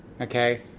Okay